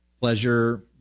pleasure